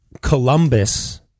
Columbus